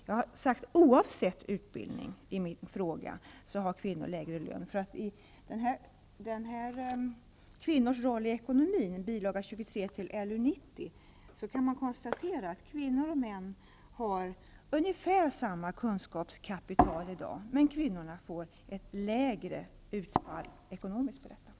Jag har i min fråga sagt att kvinnor har lägre lön oavsett utbildning. I Kvinnors roll i ekonomin, bil. 23 till LU 90, konstateras att kvinnor och män har ungefär samma kunskapskapital i dag, men kvinnorna får ett sämre ekonomiskt utfall av detta.